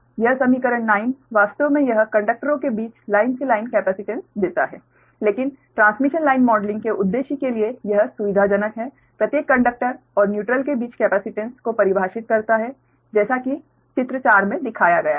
तो यह समीकरण 9 वास्तव में यह कंडक्टरों के बीच लाइन से लाइन कैपेसिटेंस देता है लेकिन ट्रांसमिशन लाइन मॉडलिंग के उद्देश्य के लिए यह सुविधाजनक है प्रत्येक कंडक्टर और न्यूट्रल के बीच कैपेसिटेंस को परिभाषित करता है जैसा कि चित्र 4 में दिखाया गया है